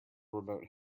remote